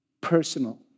personal